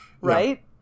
right